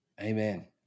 Amen